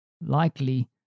likely